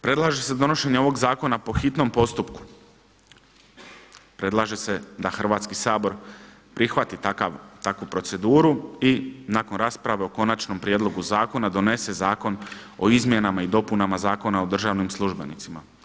Predlaže se donošenje ovog zakona po hitnom postupku, predlaže se da Hrvatski sabor prihvati takvu proceduru i nakon rasprave o konačnom prijedlogu zakona donese Zakon o izmjenama i dopunama Zakona o državnim službenicima.